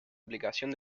aplicación